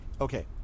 Okay